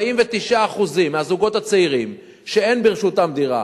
49% מהזוגות הצעירים שאין ברשותם דירה